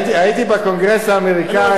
הייתי בקונגרס האמריקני,